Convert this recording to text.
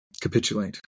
capitulate